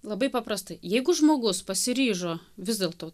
labai paprastai jeigu žmogus pasiryžo vis dėlto